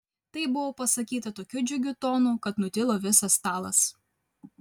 tai buvo pasakyta tokiu džiugiu tonu kad nutilo visas stalas